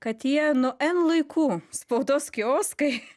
kad jie nuo n laikų spaudos kioskai